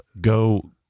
go